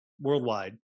worldwide